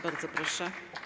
Bardzo proszę.